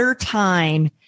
time